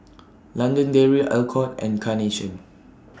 London Dairy Alcott and Carnation